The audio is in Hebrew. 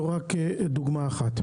זה רק דוגמה אחת.